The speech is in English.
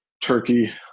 turkey